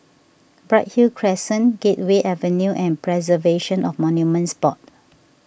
Bright Hill Crescent Gateway Avenue and Preservation of Monuments Board